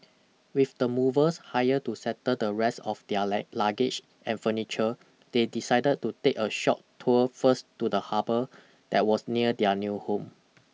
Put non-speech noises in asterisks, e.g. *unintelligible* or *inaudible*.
with the movers hired to settle the rest of their *unintelligible* luggage and furniture they decided to take a short tour first to the harbour that was near their new home